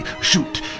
shoot